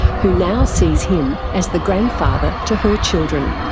who now sees him as the grandfather to her children.